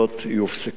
יופסקו.